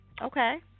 Okay